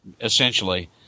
essentially